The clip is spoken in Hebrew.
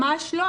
ממש לא.